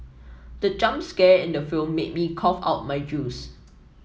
the jump scare in the film made me cough out my juice